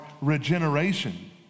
regeneration